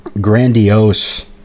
grandiose